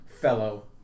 fellow